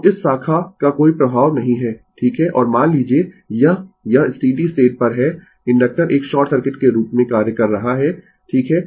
तो इस शाखा का कोई प्रभाव नहीं है ठीक है और मान लीजिए यह यह स्टीडी स्टेट पर है इंडक्टर एक शॉर्ट सर्किट के रूप में कार्य कर रहा है ठीक है